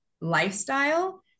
lifestyle